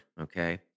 okay